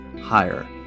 higher